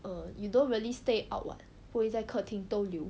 err you don't really stay out [what] 不会在客厅逗留